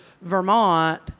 Vermont